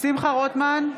שמחה רוטמן,